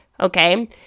okay